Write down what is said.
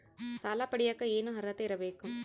ಸಾಲ ಪಡಿಯಕ ಏನು ಅರ್ಹತೆ ಇರಬೇಕು?